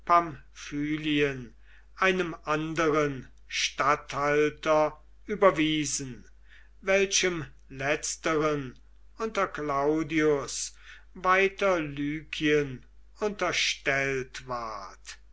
pamphylien einem anderen statthalter überwiesen welchem letzteren unter claudius weiter lykien unterstellt ward